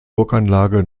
burganlage